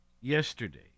Yesterday